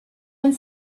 one